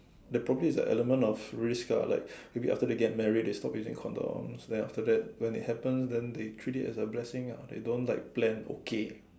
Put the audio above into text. there probably is the element of risk lah like after they get married they stop using condoms then after that when it happen then they treat it as a blessing ya they don't like plan okay